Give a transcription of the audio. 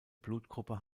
blutgruppe